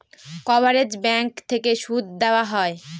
coverage bank থেকে সুদ দেওয়া হয়